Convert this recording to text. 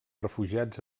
refugiats